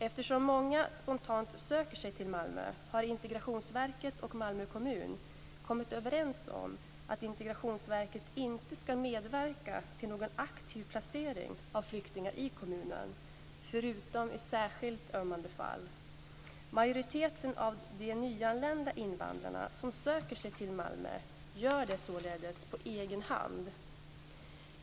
Eftersom många spontant söker sig till Malmö har Integrationsverket och Malmö kommun kommit överens om att Integrationsverket inte ska medverka till någon aktiv placering av flyktingar i kommunen, förutom i särskilt ömmande fall. Majoriteten av de nyanlända invandrarna som söker sig till Malmö gör det således på egen hand.